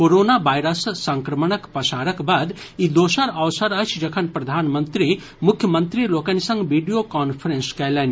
corona virus संक्रमणक पसारक बाद ई दोसर अवसर अछि जखन प्रधानमंत्री मुख्यमंत्री लोकनि संग वीडियो कांफ्रेंस कयलनि